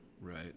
right